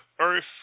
earth